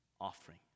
offering